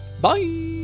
Bye